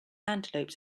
antelopes